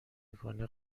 میکنه